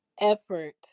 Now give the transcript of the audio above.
effort